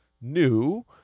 new